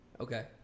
Okay